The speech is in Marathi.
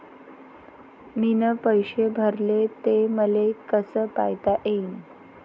मीन पैसे भरले, ते मले कसे पायता येईन?